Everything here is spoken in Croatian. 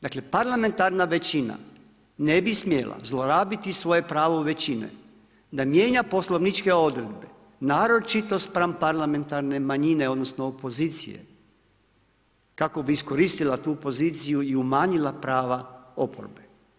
Dakle parlamentarna većina ne bi smjela zlorabiti svoje pravo većine da mijenja poslovničke odredbe naročito spram parlamentarne manjine odnosno opozicije kako bi iskoristila tu poziciju i umanjila prava oporbe.